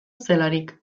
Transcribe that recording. zelarik